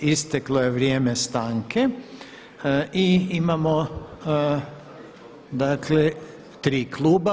Isteklo je vrijeme stanke i imamo dakle tri kluba.